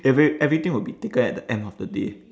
every everything will be taken at the end of the day